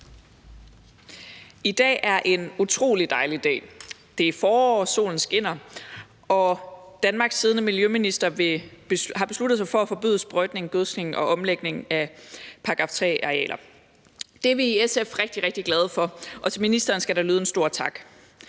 I dag er en utrolig dejlig dag. Det er forår, solen skinner, og Danmarks siddende miljøminister har besluttet sig for at forbyde sprøjtning, gødskning og omlægning af § 3-arealer. Det er vi i SF rigtig, rigtig glade for, og til ministeren skal der lyde en stor tak.